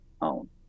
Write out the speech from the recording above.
own